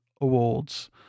awards